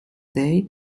they